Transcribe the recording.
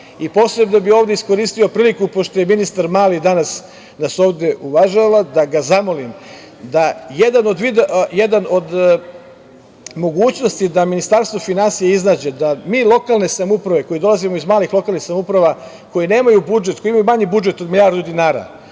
bih ovde iskoristio priliku, pošto nas ministar Mali danas ovde uvažava, da ga zamolim da jednu od mogućnosti Ministarstvo finansija iznađe, da mi lokalne samouprave koje dolazimo iz malih lokalnih samouprava, koje nemaju budžet, koji imaju manji budžet od milijardu dinara,